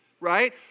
right